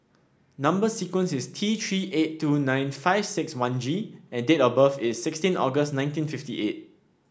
number sequence is T Three eight two nine five six one G and date of birth is sixteen August nineteen fifty eight